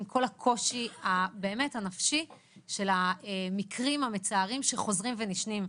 עם כל הקושי באמת הנפשי של המקרים המצערים שחוזרים ונשנים.